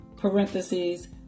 Parentheses